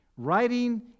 Writing